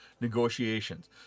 negotiations